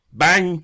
bang